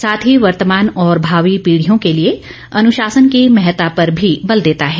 साथ ही वर्तमान और भावी पीढ़ियों के लिए अनुशासन की महता पर भी बल देता है